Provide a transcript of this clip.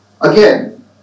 again